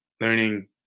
learning